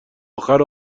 آخر